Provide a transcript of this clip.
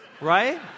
Right